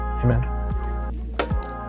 Amen